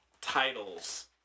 titles